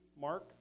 Mark